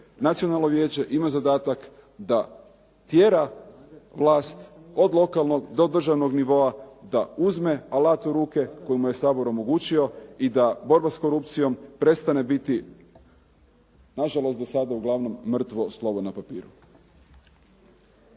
Nacionalno vijeće ima zadatak da tjera vlast od lokalnog do državnog nivoa da uzme alat u ruke koji mu je Sabor omogućio i da borba sa korupcijom prestane biti na žalost do sada uglavnom mrtvo slovo na papiru.